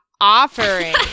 offering